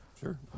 Sure